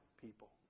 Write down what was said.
people